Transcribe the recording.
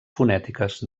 fonètiques